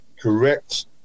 Correct